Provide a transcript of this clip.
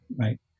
Right